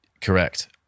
Correct